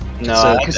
No